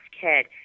kid